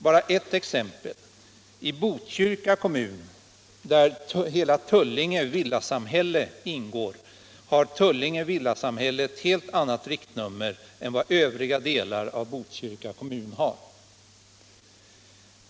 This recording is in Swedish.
Bara ett exempel: I Botkyrka kommun har Tullinge villasamhälle, som ingår i denna kommun, ett helt annat riktnummer än vad övriga delar av Botkyrka kommun har.